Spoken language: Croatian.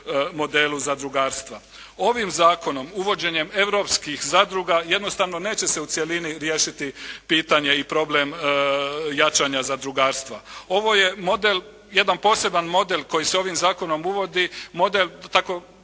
modelu zadrugarstva. Ovim zakonom, uvođenjem europskih zadruga jednostavno neće se u cjelini riješiti pitanje i problem jačanja zadrugarstva. Ovo je model, jedan poseban model koji se ovim zakonom uvodi. Model tako